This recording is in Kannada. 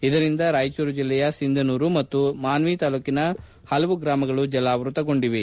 ಇದರಿಂದ ರಾಯಚೂರು ಜಿಲ್ಲೆಯ ಸಿಂಧನೂರು ಮತ್ತು ಮಾನ್ವಿ ತಾಲೂಕಿನ ಹಲವು ಗ್ರಾಮಗಳು ಜಲಾವೃತಗೊಂಡಿವೆ